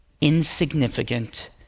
insignificant